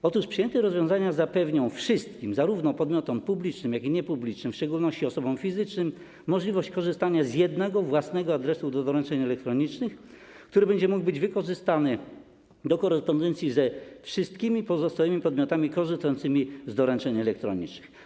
Po pierwsze, przyjęte rozwiązania zapewnią wszystkim, zarówno podmiotom publicznym, jak i niepublicznym - w szczególności osobom fizycznym - możliwość korzystania z jednego, własnego adresu do doręczeń elektronicznych, który będzie można wykorzystać do korespondencji ze wszystkimi pozostałymi podmiotami korzystającymi z doręczeń elektronicznych.